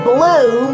Blue